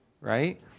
right